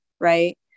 right